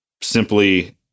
simply